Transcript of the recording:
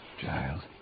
Giles